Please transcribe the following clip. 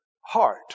heart